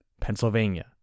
Pennsylvania